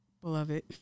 Beloved